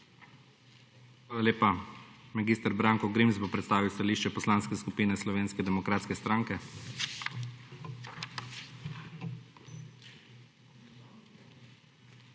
Hvala lepa. Mag. Brako Grims bo predstavil stališče Poslanske skupine Slovenske demokratske stranke.